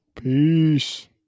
Peace